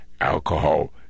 alcohol